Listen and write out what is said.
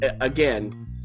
Again